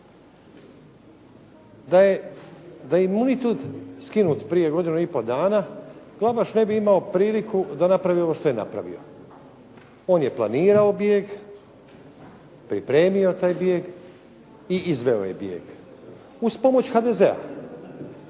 Da je imunitet skinut prije godinu i pol dana Glavaš ne bi imao priliku da napravi ono što je napravio. On je planirao bijeg, pripremio taj bijeg i izveo je bijeg uz pomoć HDZ-a.